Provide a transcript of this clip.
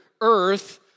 Earth